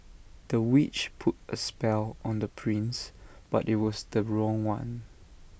the witch put A spell on the prince but IT was the wrong one